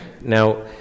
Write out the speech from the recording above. Now